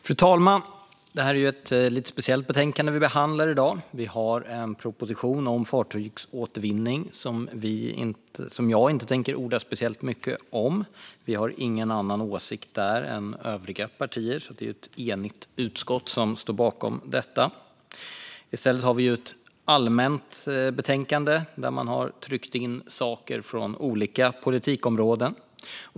Fru talman! Det är ett lite speciellt betänkande som vi behandlar i dag. Vi har en proposition om fartygsåtervinning som jag inte tänker orda speciellt mycket om. Vi har ingen annan åsikt än övriga partier där. Det är ett enigt utskott som står bakom den. I stället har vi ett allmänt betänkande där man har tryckt in saker från olika politikområden.